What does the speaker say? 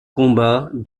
combats